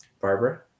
Barbara